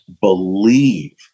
believe